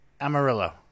Amarillo